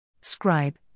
Scribe